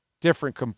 different